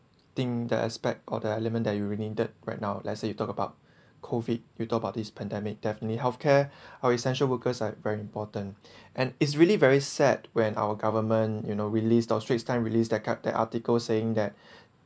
think that aspect all the element that you re~ needed right now let's say you talk about COVID you talk about this pandemic definitely health care or essential workers are very important and it's really very sad when our government you know released or straits time released their kind that article saying that